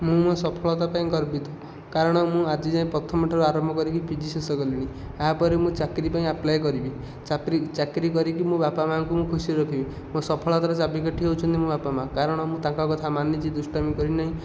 ମୁଁ ମୋ ସଫଳତା ପାଇଁ ଗର୍ବିତ କାରଣ ମୁଁ ଆଜି ଯାଏଁ ପ୍ରଥମ ଠାରୁ ଆରମ୍ଭ କରି ପିଜି ଶେଷ କଲିଣି ଏହା ପରେ ମୁଁ ଚାକିରୀ ପାଇଁ ଆପ୍ଲାଏ କରିବି ଚାକିରୀ କରିକି ମୋ ବାପା ମାଆଙ୍କୁ ମୁଁ ଖୁସିରେ ରଖିବି ମୋ ସଫଳତାର ଚାବିକାଠି ହେଉଛନ୍ତି ମୋ ବାପା ମାଆ କାରଣ ମୁଁ ତାଙ୍କ କଥା ମାନିଛି ଦୁଷ୍ଟାମି କରିନାହିଁ